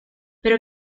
pero